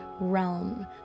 realm